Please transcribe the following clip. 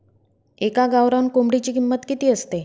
एका गावरान कोंबडीची किंमत किती असते?